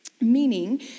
meaning